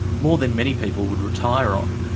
more than many people would retire on.